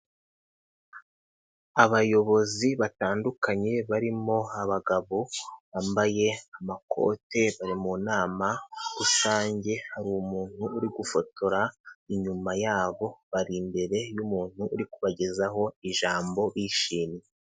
Abayobozi batandukanye barimo abagabo bambaye amakoti, bari mu nama rusange, hari umuntu uri gufotora inyuma yabo, bari imbere y'umuntu uri kubagezaho ijambo yishimye.